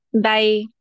bye